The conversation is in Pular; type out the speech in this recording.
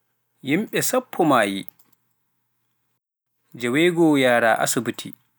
Yimɓe sappo maayi, njoweego'o yahraa asibiti.